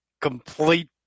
complete